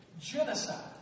genocide